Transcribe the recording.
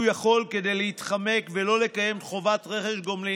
יכול כדי להתחמק ולא לקיים חובת רכש גומלין,